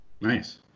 Nice